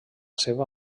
seva